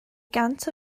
gant